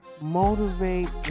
motivate